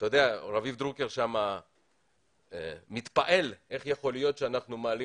רביב דרוקר מתפעל איך יכול להיות שאנחנו מעלים